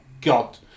God